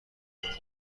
بارهای